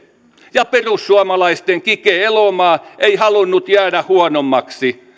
ja perussuomalaisten kike elomaa ei halunnut jäädä huonommaksi